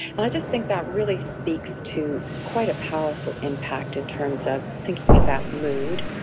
and i just think that really speaks to quite a powerful impact in terms of thinking about mood.